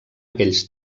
aquells